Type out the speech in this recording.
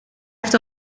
heeft